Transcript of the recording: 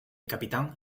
capitán